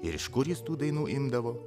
ir iš kur jis tų dainų imdavo